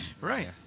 Right